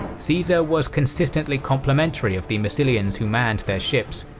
caesar was consistently complimentary of the massilians who manned their ships,